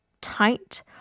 tight